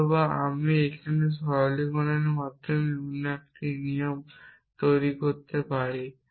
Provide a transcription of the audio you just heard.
অতএব আমি এখানে সরলীকরণের মাধ্যমে অন্য একটি নিয়ম তৈরি করতে পারি